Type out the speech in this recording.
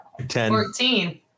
14